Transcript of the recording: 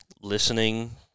listening